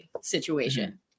situation